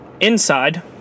inside